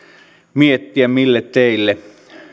miettiä mille teille